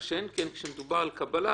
מה שאין כן כאשר מדובר על קבלה,